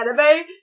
anime